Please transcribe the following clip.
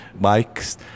bikes